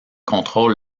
contrôles